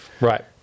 Right